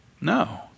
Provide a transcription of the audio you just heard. No